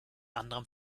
anderem